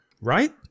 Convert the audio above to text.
Right